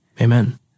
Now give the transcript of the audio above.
Amen